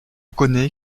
connais